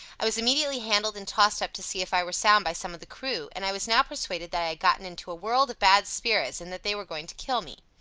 i was immediately handled and tossed up to see if i were sound by some of the crew and i was now persuaded that i had gotten into a world of bad spirits, and that they were going to kill me.